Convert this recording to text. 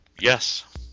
yes